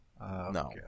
No